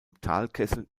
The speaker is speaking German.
talkessel